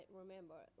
remember